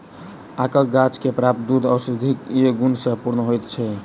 आकक गाछ सॅ प्राप्त दूध औषधीय गुण सॅ पूर्ण होइत छै